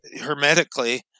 Hermetically